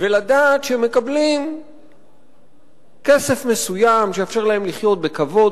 ולדעת שמקבלים כסף מסוים שיאפשר להם לחיות בכבוד,